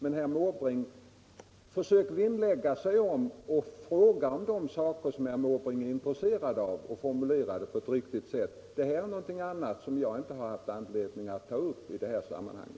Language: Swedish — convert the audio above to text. Men herr Måbrink bör försöka vinnlägga sig om att fråga om de saker som herr Måbrink är intresserad av och formulera frågorna på ett riktigt sätt. Det här är någonting annat som jag inte har haft anledning att ta upp i detta sammanhang.